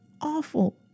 awful